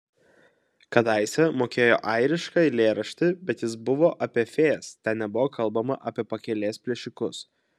kadaise mokėjo airišką eilėraštį bet jis buvo apie fėjas ten nebuvo kalbama apie pakelės plėšikus